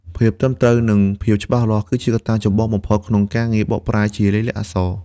ភាពត្រឹមត្រូវ និងភាពច្បាស់លាស់ គឺជាកត្តាចម្បងបំផុតក្នុងការងារបកប្រែជាលាយលក្ខណ៍អក្សរ។